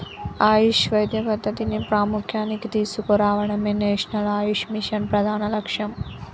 ఆయుష్ వైద్య పద్ధతిని ప్రాముఖ్య్యానికి తీసుకురావడమే నేషనల్ ఆయుష్ మిషన్ ప్రధాన లక్ష్యం